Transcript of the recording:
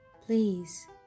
Please